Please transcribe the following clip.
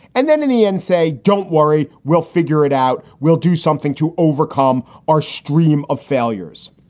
and then in the end say, don't worry, we'll figure it out. we'll do something to overcome our stream of failures.